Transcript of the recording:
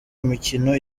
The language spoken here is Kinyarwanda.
mikino